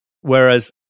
Whereas